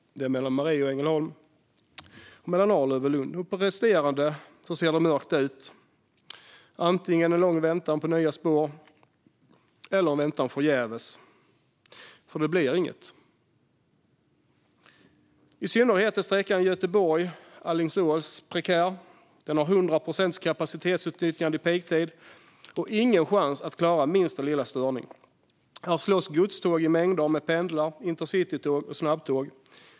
Det är mellan Maria och Ängelholm, och mellan Arlöv och Lund. På resterande ser det mörkt ut. Det är antingen en lång väntan på nya spår, eller en väntan förgäves, för det blir inget. I synnerhet är sträckan Göteborg-Alingsås prekär. Den har 100 procents kapacitetsutnyttjande i peaktid och ingen chans att klara minsta lilla störning. Här slåss godståg i mängder med pendeltåg, intercitytåg och snabbtåg.